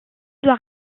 doit